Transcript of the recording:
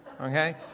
Okay